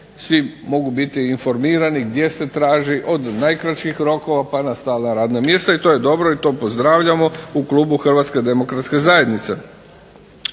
svi mogu biti informirani gdje se traži, od najkraćih rokova pa na stalna radna mjesta i to je dobro, to pozdravljamo u klubu Hrvatske demokratske zajednice.